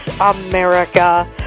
America